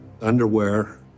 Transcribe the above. underwear